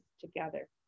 together